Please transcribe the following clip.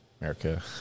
America